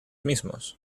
mismos